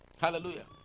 Hallelujah